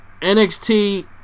NXT